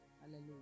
Hallelujah